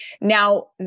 Now